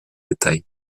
détails